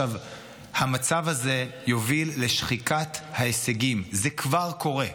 המצב הזה יוביל לשחיקת ההישגים, זה כבר קורה.